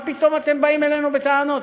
מה פתאום אתם באים אלינו בטענות?